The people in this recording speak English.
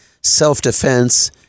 self-defense